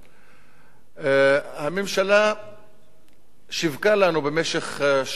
הממשלה שיווקה לנו במשך שנתיים-שלוש